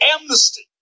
amnesty